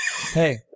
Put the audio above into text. Hey